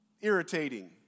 irritating